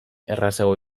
errazago